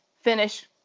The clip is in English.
finish